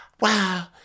Wow